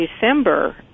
December